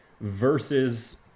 versus